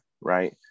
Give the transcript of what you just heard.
Right